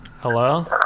Hello